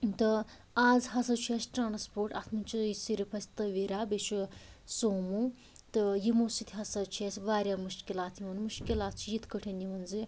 تہٕ آز ہسا چھُ اسہِ ٹرٛانٛسپورٹ اتھ منٛز چھُ صِرف اسہِ تویٖرا بیٚیہِ چھُ سومو تہٕ یِمو سۭتۍ ہَسا چھِ اسہِ وارِیاہ مشکلات یِوان مشکلات چھِ یِتھ کٲٹھۍ یِوان زِ